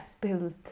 build